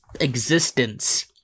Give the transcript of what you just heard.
existence